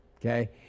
okay